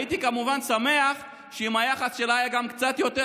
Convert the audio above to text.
הייתי כמובן שמח אם היחס שלה היה גם קצת יותר